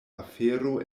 afero